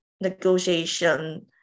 negotiation